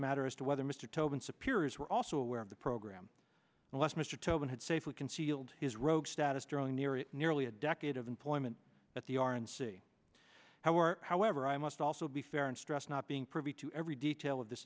matter as to whether mr tobin superiors were also aware of the program unless mr tobin had safely concealed his rogue status drawing nearer nearly a decade of employment at the r and c how or however i must also be fair and stressed not being privy to every detail of this